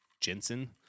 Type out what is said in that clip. Jensen